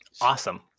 Awesome